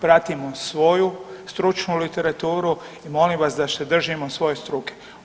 Pratimo svoju stručnu literaturu i molim vas da se držimo svoje struke.